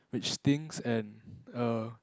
which stings and err